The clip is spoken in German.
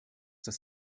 das